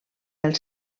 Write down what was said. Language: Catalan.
els